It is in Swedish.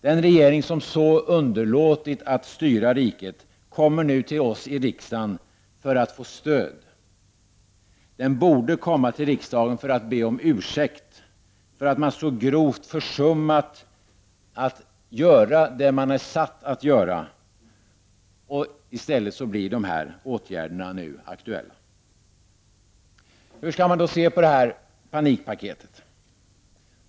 Den regering som så underlåtit att styra riket kommer nu till oss i riksdagen för att få stöd. Den borde komma till riksdagen för att be om ursäkt för att man så grovt har försummat att göra det man är satt att göra. I stället blir dessa åtgärder nu aktuella. Hur skall man nu se på det här panikpaketet?